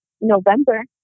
November